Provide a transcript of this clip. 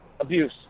abuse